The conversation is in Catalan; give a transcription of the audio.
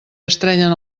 estrenyen